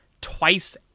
twice